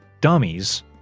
dummies